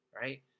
right